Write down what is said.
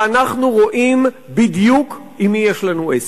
ואנחנו רואים בדיוק עם מי יש לנו עסק.